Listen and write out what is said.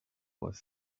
was